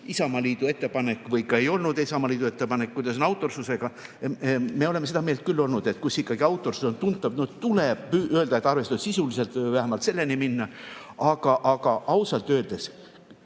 Isamaa ettepanek või ei olnud Isamaa ettepanek, kuidas on autorsusega – me oleme seda meelt küll olnud, et kui ikkagi autorsus on tuntav, siis tuleb öelda, et ettepanek on arvestatud sisuliselt, vähemalt selleni minna. Aga ausalt öeldes